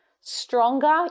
stronger